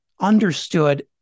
understood